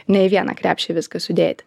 ne į vieną krepšį viską sudėti